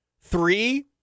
three